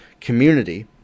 community